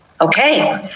Okay